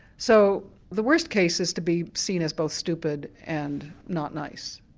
so the worst case is to be seen as both stupid and not nice.